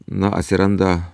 na atsiranda